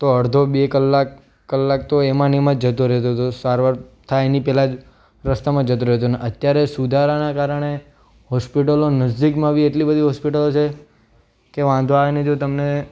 તો અડધો બે કલાક કલાક તો એમાંને એમાં જતો રહેતો તો સારવાર થાય એની પહેલાં જ રસ્તામાં જતો રહેતો અને અત્યારે સુધારાના કારણે હોસ્પિટલો નજદીકમાં બી એટલી બધી હોસ્પિટલો છે કે વાંધો નહીં જો તમને